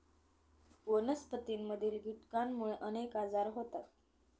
वनस्पतींमधील कीटकांमुळे अनेक आजार होतात